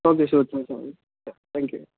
okay sir thank you